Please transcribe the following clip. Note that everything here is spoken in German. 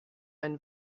ein